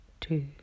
two